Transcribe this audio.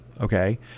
Okay